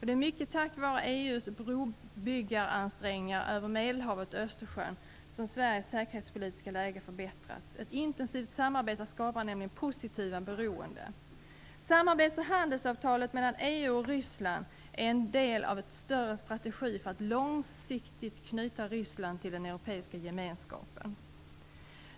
Det är mycket tack vare EU:s brobyggaransträngningar över Medelhavet och Östersjön som Sveriges säkerhetspolitiska läge förbättrats. Ett intensivt samarbete skapar nämligen positiva beroenden. Ryssland är en del av en större strategi för att långsiktigt knyta Ryssland till den europeiska gemenskapen.